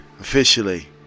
officially